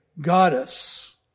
goddess